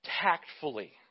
tactfully